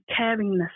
caringness